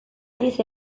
aldiz